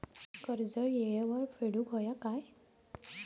कर्ज येळेवर फेडूक होया काय?